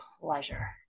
pleasure